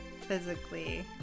physically